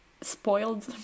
spoiled